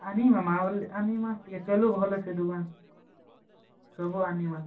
ଆନିବା ମା' ବୋଲେ ଆନିବା ଟିକେ ଚଲୁ ଭଲ୍ସେ ଦୋକାନ ସବୁ ଆନିବା